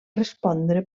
respondre